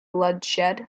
bloodshed